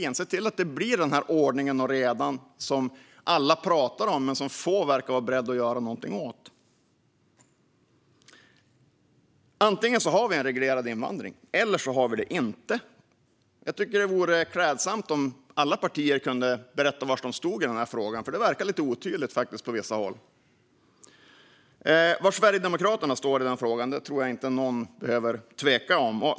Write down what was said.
Vi måste se till att det blir den ordning och reda som alla talar om men som få verkar vara beredda att göra någonting för att genomföra. Antingen har vi en reglerad invandring, eller så har vi det inte. Det vore klädsamt om alla partier kunde berätta var de står i den frågan. Det verkar lite otydligt på vissa håll. Var Sverigedemokraterna står i den frågan tror jag inte att någon behöver tveka om.